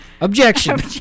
Objection